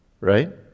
right